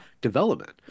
development